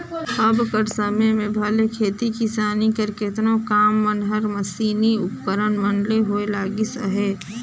अब कर समे में भले खेती किसानी कर केतनो काम मन हर मसीनी उपकरन मन ले होए लगिस अहे